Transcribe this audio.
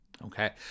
Okay